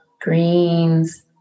greens